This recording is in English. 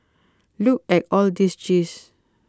look at all these cheese